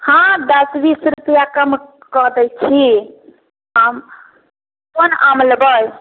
हँ दश बीस रुपआ कम कऽ दै छी आम कोन आम लेबै